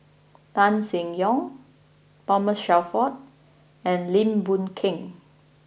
Tan Seng Yong Thomas Shelford and Lim Boon Keng